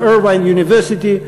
ב-Irvine University,